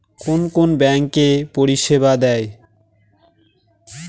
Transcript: কোন কোন ব্যাঙ্ক এই পরিষেবা দেয়?